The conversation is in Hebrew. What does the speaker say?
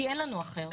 כי אין לנו אחר.